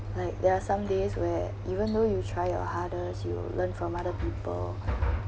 like there are some days where even though you tried your hardest you will learned from other people